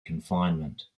confinement